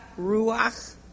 ruach